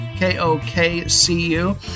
K-O-K-C-U